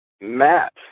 Matt